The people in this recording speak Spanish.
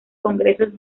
congresos